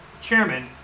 chairman